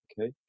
okay